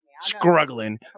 Struggling